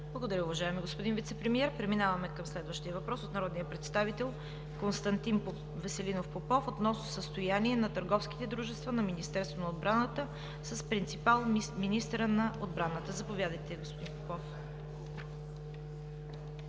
Благодаря, уважаеми господин Вицепремиер. Преминаваме към следващия въпрос от народния представител Константин Веселинов Попов относно състояние на търговските дружества на Министерството на отбраната с принципал министърът на отбраната. Заповядайте, господин Попов.